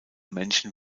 menschen